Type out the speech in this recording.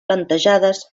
plantejades